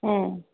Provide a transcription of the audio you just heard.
ಹ್ಞೂ